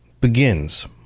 begins